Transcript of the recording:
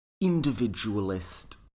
individualist